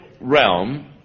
realm